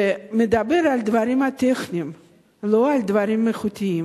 ומדבר על דברים טכניים לא על דברים איכותיים.